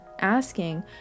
asking